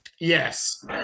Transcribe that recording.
yes